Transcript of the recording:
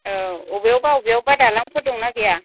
औ बबेयावबा बबेयावबा दालांफोर दंना गैया